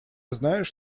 знаешь